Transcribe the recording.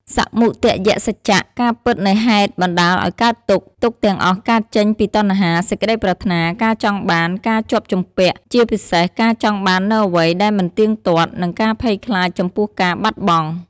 សមុទយសច្ចៈ ការពិតនៃហេតុបណ្តាលឲ្យកើតទុក្ខ ទុក្ខទាំងអស់កើតចេញពីតណ្ហា សេចក្តីប្រាថ្នា ការចង់បាន ការជាប់ជំពាក់ ជាពិសេសការចង់បាននូវអ្វីដែលមិនទៀងទាត់ និងការភ័យខ្លាចចំពោះការបាត់បង់។